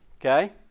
Okay